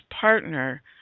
partner